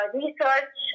research